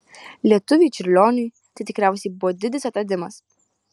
lietuviui čiurlioniui tai tikriausiai buvo didis atradimas